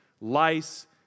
lice